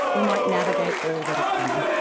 we might navigate all that is coming.